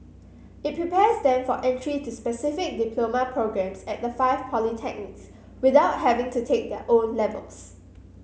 it prepares them for entry to specific diploma programmes at the five polytechnics without having to take their O levels